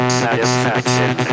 satisfaction